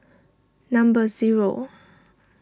number zero